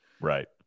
Right